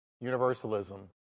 Universalism